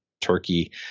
Turkey